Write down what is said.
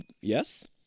Yes